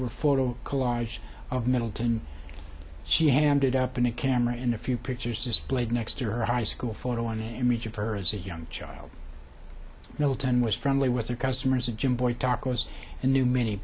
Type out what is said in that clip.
were photo collage of middleton she handed up in a camera in a few pictures displayed next to her high school photo an image of her as a young child milton was friendly with her customers a gym boy tacos and knew many